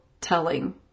telling